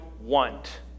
want